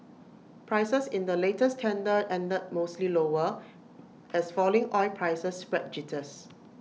prices in the latest tender ended mostly lower as falling oil prices spread jitters